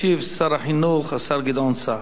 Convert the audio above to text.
ישיב שר החינוך, השר גדעון סער.